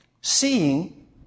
Seeing